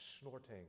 snorting